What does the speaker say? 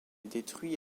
détruit